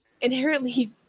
inherently